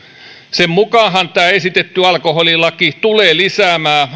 sen mukaanhan tämä esitetty alkoholilaki tulee lisäämään